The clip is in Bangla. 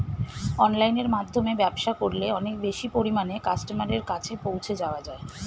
অনলাইনের মাধ্যমে ব্যবসা করলে অনেক বেশি পরিমাণে কাস্টমারের কাছে পৌঁছে যাওয়া যায়?